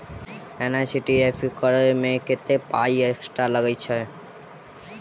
NEFT करऽ मे कत्तेक पाई एक्स्ट्रा लागई छई?